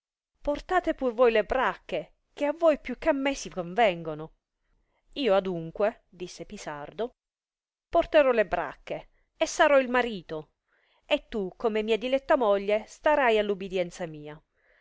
portate pur voi le bracche che a voi più eh a me si convengono io adunque disse pisardo porterò le bracche e sarò il marito e tu come mia diletta moglie starai all ubidienza mia